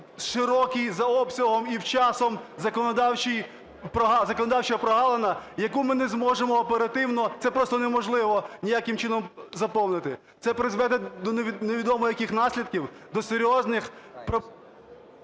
широка за обсягом і часом законодавча прогалина, яку ми не зможемо оперативно, це просто неможливо ніяким чином заповнити! Це призведе до невідомо яких наслідків, до серйозних…